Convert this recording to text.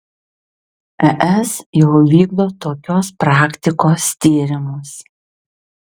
es jau vykdo tokios praktikos tyrimus